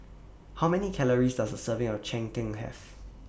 How Many Calories Does A Serving of Cheng Tng Have